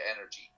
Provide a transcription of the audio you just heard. energy